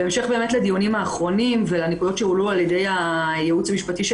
בהמשך לדיונים האחרונים ולנקודות שהועלו על ידי הייעוץ המשפטי של